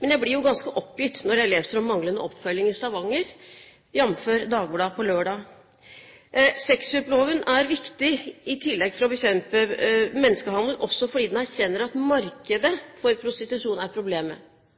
Men jeg blir ganske oppgitt når jeg leser om manglende oppfølging i Stavanger – jamfør Dagbladet på søndag. Sexkjøpsloven er viktig – i tillegg til å bekjempe menneskehandel – også fordi den erkjenner at markedet for prostitusjon er problemet.